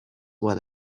what